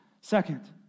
Second